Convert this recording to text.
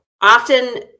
often